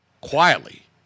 Quietly